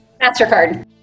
Mastercard